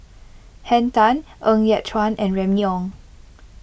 Henn Tan Ng Yat Chuan and Remy Ong